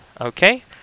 Okay